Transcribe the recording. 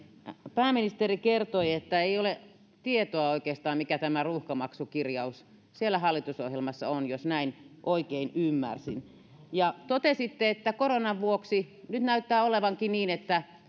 pääministeri kertoi että ei ole tietoa oikeastaan mikä tämä ruuhkamaksukirjaus siellä hallitusohjelmassa on jos näin oikein ymmärsin ja totesitte että koronan vuoksi nyt näyttää olevankin niin että